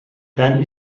dann